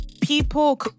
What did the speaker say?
people